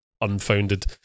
unfounded